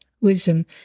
wisdom